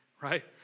right